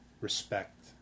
respect